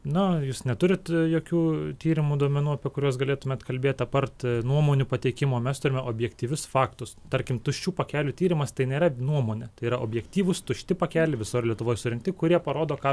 na jūs neturit jokių tyrimų duomenų apie kuriuos galėtumėt kalbėt apart nuomonių pateikimo mes turime objektyvius faktus tarkim tuščių pakelių tyrimas tai nėra nuomonė tai yra objektyvūs tušti pakeliai visur lietuvoj surinkti kurie parodo ką